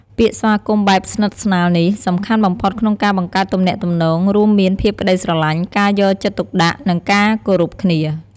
ពាក្យស្វាគមន៍បែបស្និទ្ធស្នាលនេះ សំខាន់បំផុតក្នុងការបង្កើតទំនាក់ទំនង រួមមានភាពក្តីស្រឡាញ់ ការយកចិត្តទុកដាក់ និងការគោរពគ្នា។